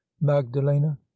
magdalena